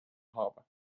harbor